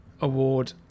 award